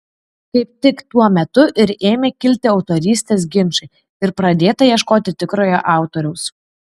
kaip tik tuo metu ir ėmė kilti autorystės ginčai ir pradėta ieškoti tikrojo autoriaus